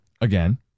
again